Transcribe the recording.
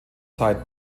zeit